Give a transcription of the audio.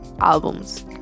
Albums